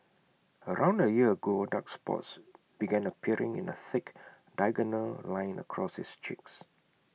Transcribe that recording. around A year ago dark spots began appearing in A thick diagonal line across his cheeks